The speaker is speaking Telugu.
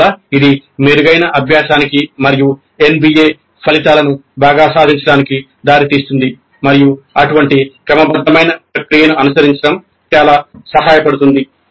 అందువల్ల ఇది మెరుగైన అభ్యాసానికి మరియు NBA ఫలితాలను బాగా సాధించడానికి దారితీస్తుంది మరియు అటువంటి క్రమబద్ధమైన ప్రక్రియను అనుసరించడం చాలా సహాయపడుతుంది